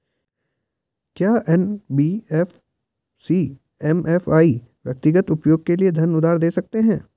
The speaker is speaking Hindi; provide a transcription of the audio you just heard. क्या एन.बी.एफ.सी एम.एफ.आई व्यक्तिगत उपयोग के लिए धन उधार दें सकते हैं?